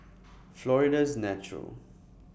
Florida's Natural